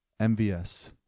MVS